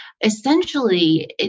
essentially